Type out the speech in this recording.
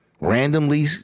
Randomly